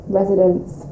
residents